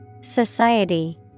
society